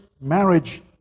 marriage